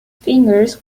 fingers